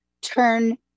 turn